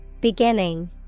Beginning